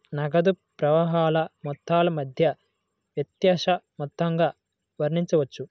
నగదు ప్రవాహాల మొత్తాల మధ్య వ్యత్యాస మొత్తంగా వర్ణించవచ్చు